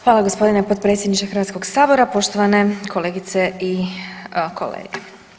Hvala gospodine potpredsjedniče Hrvatskog sabora, poštovane kolegice i kolege.